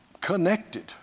Connected